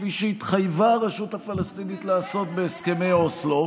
כפי שהתחייבה הרשות הפלסטינית לעשות בהסכמי אוסלו,